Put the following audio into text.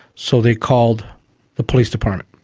so they called the police department.